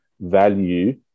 value